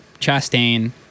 Chastain